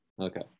Okay